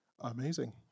Amazing